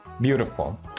beautiful